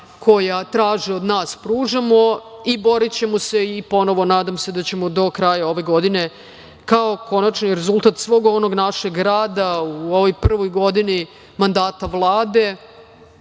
koja traže od nas, pružamo i borićemo se i ponovo, nadam se da ćemo do kraja ove godine kao konačni rezultat svog onog našeg rada u ovoj prvoj godini mandata Vlade,